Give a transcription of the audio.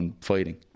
fighting